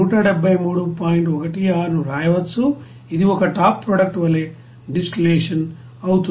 16 ను వ్రాయవచ్చు ఇది ఒక టాప్ ప్రోడక్ట్ వలె డిస్టిల్లషన్ అవుతుంది